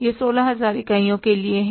यह 16000 इकाइयों के लिए है